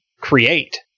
create